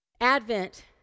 Advent